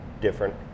different